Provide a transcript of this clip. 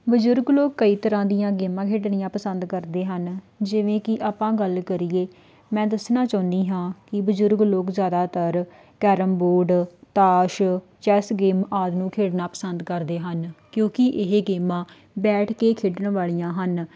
ਬਜ਼ੁਰਗ ਲੋਕ ਕਈ ਤਰ੍ਹਾਂ ਦੀਆਂ ਗੇਮਾਂ ਖੇਡਣੀਆਂ ਪਸੰਦ ਕਰਦੇ ਹਨ ਜਿਵੇਂ ਕਿ ਆਪਾਂ ਗੱਲ ਕਰੀਏ ਮੈਂ ਦੱਸਣਾ ਚਾਹੁੰਦੀ ਹਾਂ ਕਿ ਬਜ਼ੁਰਗ ਲੋਕ ਜ਼ਿਆਦਾਤਰ ਕੈਰਮ ਬੋਰਡ ਤਾਸ਼ ਚੈੱਸ ਗੇਮ ਆਦਿ ਨੂੰ ਖੇਡਣਾ ਪਸੰਦ ਕਰਦੇ ਹਨ ਕਿਉਂਕਿ ਇਹ ਗੇਮਾਂ ਬੈਠ ਕੇ ਖੇਡਣ ਵਾਲੀਆਂ ਹਨ